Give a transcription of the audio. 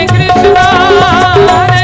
Krishna